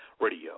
radio